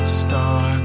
star